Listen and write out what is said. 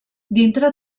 dintre